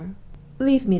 leave me, then.